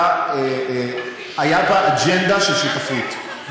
היה בה אג'נדה של שותפות,